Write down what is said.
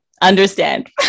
understand